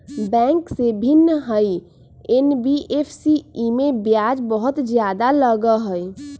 Bank से भिन्न हई एन.बी.एफ.सी इमे ब्याज बहुत ज्यादा लगहई?